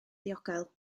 ddiogel